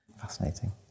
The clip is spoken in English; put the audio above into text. Fascinating